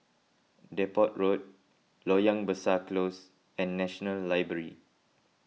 Depot Road Loyang Besar Close and National Library